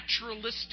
naturalistic